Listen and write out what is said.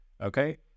Okay